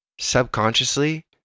Subconsciously